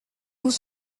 ouvre